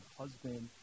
husband